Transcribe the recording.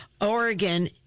Oregon